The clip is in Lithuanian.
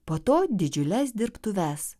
po to didžiules dirbtuves